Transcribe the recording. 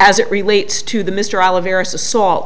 as it relates to the mr al